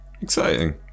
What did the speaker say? Exciting